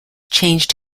changed